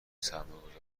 سرمایهگذارها